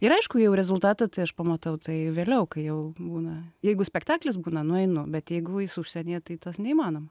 ir aišku jau rezultatą tai aš pamatau tai vėliau kai jau būna jeigu spektaklis būna nueinu bet jeigu jis užsienyje tai tas neįmanoma